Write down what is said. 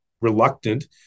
reluctant